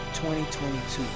2022